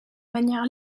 manière